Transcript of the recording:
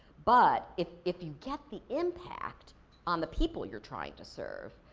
but, if if you get the impact on the people you're trying to serve,